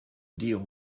deal